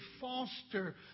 foster